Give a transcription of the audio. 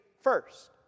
first